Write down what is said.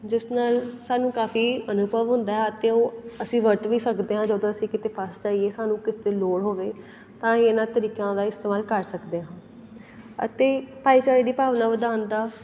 ਜਿਸ ਨਾਲ ਸਾਨੂੰ ਕਾਫੀ ਅਨੁਭਵ ਹੁੰਦਾ ਹੈ ਅਤੇ ਉਹ ਅਸੀਂ ਵਰਤ ਵੀ ਸਕਦੇ ਹਾਂ ਜਦੋਂ ਅਸੀਂ ਕਿਤੇ ਫਸ ਜਾਈਏ ਸਾਨੂੰ ਕਿਸੇ ਦੀ ਲੋੜ ਹੋਵੇ ਤਾਂ ਇਹਨਾਂ ਤਰੀਕਾਂ ਦਾ ਇਸਤੇਮਾਲ ਕਰ ਸਕਦੇ ਹਾਂ ਅਤੇ ਭਾਈਚਾਰੇ ਦੀ ਭਾਵਨਾ ਵਧਾਉਣ ਦਾ